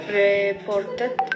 reported